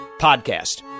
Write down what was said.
podcast